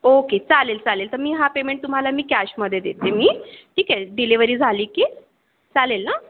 okay चालेल चालेल तर मी हा पेमेंट तुम्हाला मी कॅशमध्ये देते मी ठीक आहे डिलेवरी झाली की चालेल ना